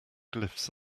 glyphs